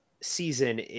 season